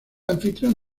anfitrión